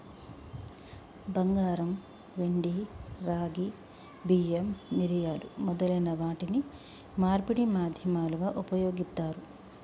బంగారం, వెండి, రాగి, బియ్యం, మిరియాలు మొదలైన వాటిని మార్పిడి మాధ్యమాలుగా ఉపయోగిత్తారు